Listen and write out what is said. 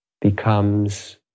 becomes